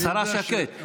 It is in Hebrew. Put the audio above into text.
השרה שקד,